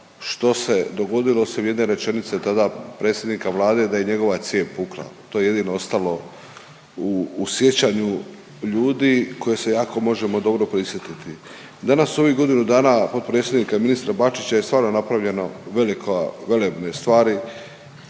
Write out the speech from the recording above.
što se dogodilo osim jedne rečenice tada predsjednika Vlade da je njegova cijev pukla, to je jedino ostalo u sjećanju ljudi koje se jako možemo dobro prisjetiti. Danas u ovih godinu dana potpredsjednika ministra Bačića je stvarno napravljeno velika velebne stvari